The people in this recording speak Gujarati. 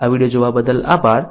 આ વિડીયો જોવા બદલ આભાર